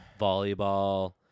volleyball